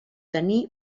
tenir